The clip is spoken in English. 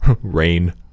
Rain